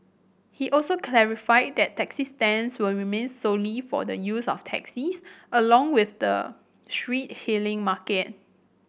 he also clarified that taxi stands will remain solely for the use of taxis along with the street hailing market